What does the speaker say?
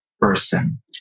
person